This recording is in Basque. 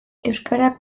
euskarak